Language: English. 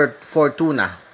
Fortuna